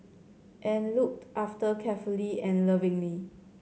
and looked after carefully and lovingly